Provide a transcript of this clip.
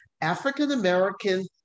African-American